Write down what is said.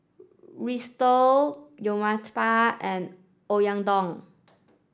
Risotto Uthapam and Oyakodon